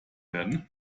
werden